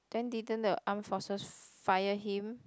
then didn't the armed forces fire him